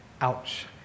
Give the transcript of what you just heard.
ouch